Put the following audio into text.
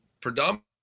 predominantly